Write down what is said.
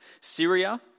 Syria